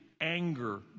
anger